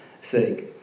sake